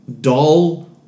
dull